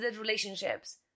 relationships